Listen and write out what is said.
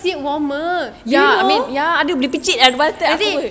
seat warmer then !huh! really